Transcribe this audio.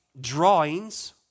drawings